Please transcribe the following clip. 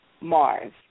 Mars